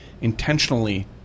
intentionally